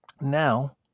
now